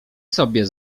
sobie